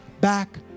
back